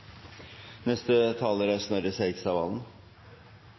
neste er planlegging. Det